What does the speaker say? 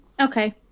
Okay